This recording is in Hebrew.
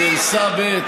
גרסה ב'.